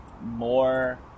more